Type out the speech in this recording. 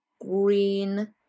green